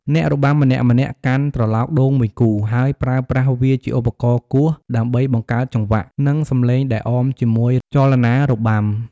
អ្នករបាំម្នាក់ៗកាន់ត្រឡោកដូងមួយគូ ហើយប្រើប្រាស់វាជាឧបករណ៍គោះដើម្បីបង្កើតចង្វាក់ និងសំឡេងដែលអមជាមួយចលនារបាំ។